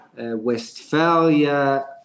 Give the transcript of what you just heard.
Westphalia